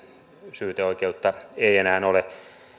syyteoikeutta ei enää ole